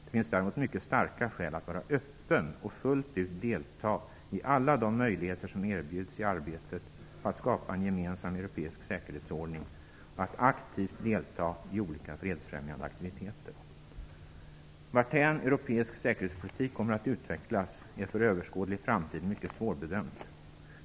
Det finns däremot mycket starka skäl att vara öppen och fullt ut delta i alla de möjligheter som erbjuds i arbetet på att skapa en gemensam europeisk säkerhetsordning och att aktivt delta i olika fredsfrämjande aktiviteter. Varthän europeisk säkerhetspolitik kommer att utvecklas är för överskådlig framtid mycket svårbedömt.